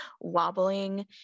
wobbling